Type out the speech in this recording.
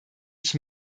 ich